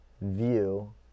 view